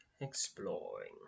exploring